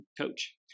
coach